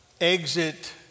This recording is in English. exit